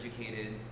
educated